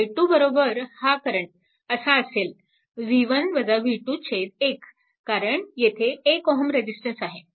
i2 हा current असा असेल 1 कारण येथे 1Ω रेजिस्टन्स आहे